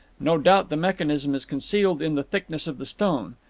no doubt the mechanism is concealed in the thickness of the stone.